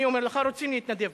אני אומר לך, רוצים להתנדב.